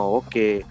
okay